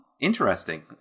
interesting